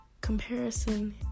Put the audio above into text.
comparison